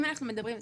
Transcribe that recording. אם אנחנו מדברים,